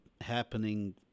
happening